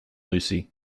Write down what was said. lucy